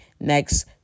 next